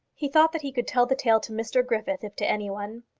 he thought that he could tell the tale to mr griffith, if to any one.